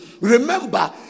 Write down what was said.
Remember